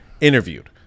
interviewed